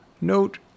Note